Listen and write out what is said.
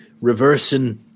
reversing